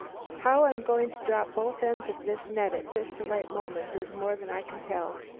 how i'm going to drop both ends of this net at just the right moment is more than i can tell.